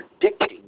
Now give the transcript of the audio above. predicting